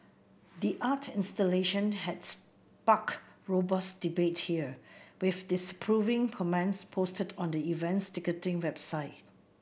the art installation had sparked robust debate here with disapproving comments posted on the event's ticketing website